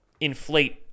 inflate